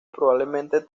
probablemente